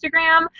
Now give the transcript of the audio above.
Instagram